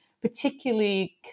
particularly